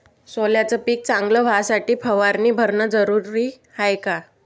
सोल्याचं पिक चांगलं व्हासाठी फवारणी भरनं जरुरी हाये का?